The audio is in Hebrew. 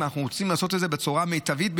אנחנו רוצים לעשות את זה בצורה מיטבית.